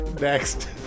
Next